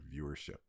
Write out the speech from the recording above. viewership